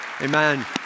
Amen